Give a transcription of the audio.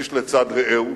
איש לצד רעהו,